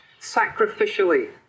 sacrificially